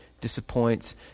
disappoints